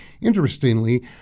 Interestingly